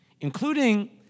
including